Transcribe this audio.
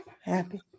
happy